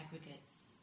aggregates